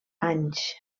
anys